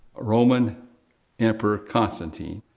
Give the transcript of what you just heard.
roman emperor, constantine,